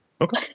Okay